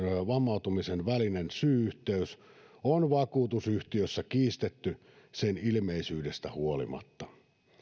vammautumisen välinen syy yhteys on vakuutusyhtiössä kiistetty sen ilmeisyydestä huolimatta